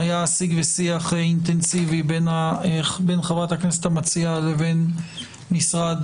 היה שיג ושיח אינטנסיבי בין חברת הכנסת המציעה לבין משרד